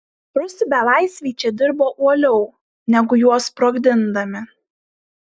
rusų belaisviai čia dirbo uoliau negu juos sprogdindami